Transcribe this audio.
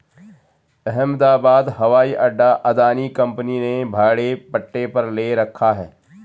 अहमदाबाद हवाई अड्डा अदानी कंपनी ने भाड़े पट्टे पर ले रखा है